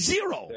Zero